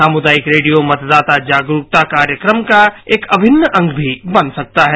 सामुदायिक रेडियो मतदाता जागरुकता कार्यक्रम का एक अभिन्न अंग भी बन सकता है